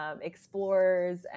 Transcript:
explorers